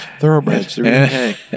Thoroughbreds